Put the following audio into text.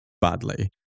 badly